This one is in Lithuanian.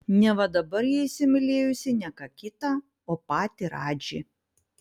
neva dabar ji įsimylėjusi ne ką kitą o patį radžį